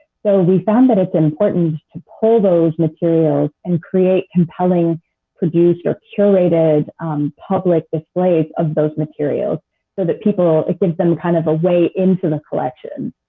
so we found that it's important to pull those materials and create compelling producer, curated um public displays of those materials so that people, it gives them kind of a way into the collection.